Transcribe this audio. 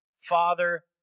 Father